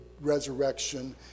resurrection